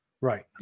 right